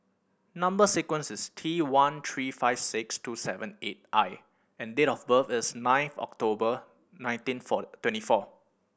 number sequence is T one three five six two seven eight I and date of birth is ninth October nineteen four twenty four